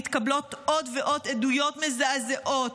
מתקבלות עוד ועוד עדויות מזעזעות,